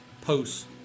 posts